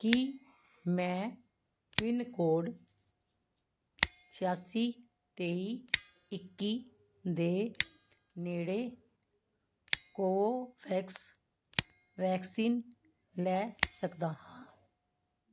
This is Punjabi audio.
ਕੀ ਮੈਂ ਪਿੰਨ ਕੋਡ ਛਿਆਸੀ ਤੇਈ ਇੱਕੀ ਦੇ ਨੇੜੇ ਕੋਵੋਵੈਕਸ ਵੈਕਸੀਨ ਲੈ ਸਕਦਾ ਹਾਂ